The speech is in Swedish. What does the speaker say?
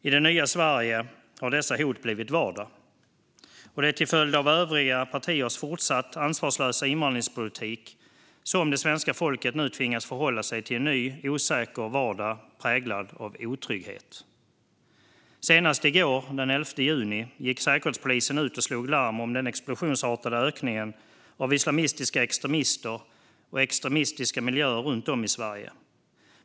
I det nya Sverige har dessa hot blivit vardag. Det är till följd av övriga partiers fortsatt ansvarslösa invandringspolitik som det svenska folket nu tvingas förhålla sig till en ny, osäker vardag präglad av otrygghet. Senast i går, den 11 juni, gick Säkerhetspolisen ut och slog larm om den explosionsartade ökningen av islamistiska extremister och extremistiska miljöer runt om i Sverige.